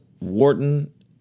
Wharton